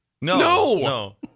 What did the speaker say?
No